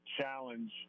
challenge